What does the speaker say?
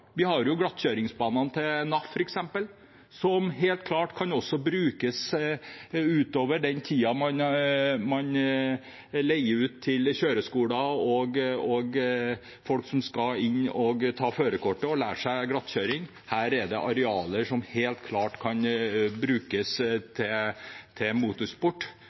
Vi har f.eks. glattkjøringsbanene til NAF, som kan brukes ut over den tiden man leier dem ut til kjøreskoler og folk som skal ta førerkortet og lære seg glattkjøring. Her er det arealer som helt klart kan brukes til motorsport til